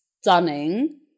Stunning